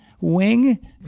wing